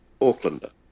Aucklander